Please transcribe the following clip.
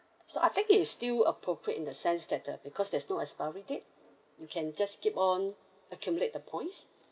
so I think it's still appropriate in the sense that uh because there's no expiry date you can just keep on accumulate the points